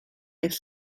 est